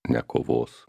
ne kovos